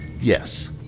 Yes